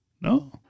no